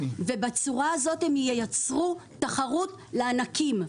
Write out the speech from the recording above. בצורה הזו הם ייצרו תחרות לענקים.